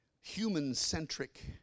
human-centric